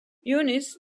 units